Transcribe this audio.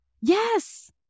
Yes